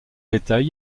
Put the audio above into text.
bétail